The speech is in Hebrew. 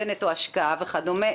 ונטו השקעה וכדומה,